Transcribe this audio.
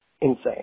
insane